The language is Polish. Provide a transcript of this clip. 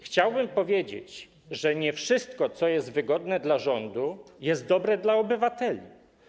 Chciałbym powiedzieć, że nie wszystko, co jest wygodne dla rządu, jest dobre dla obywateli.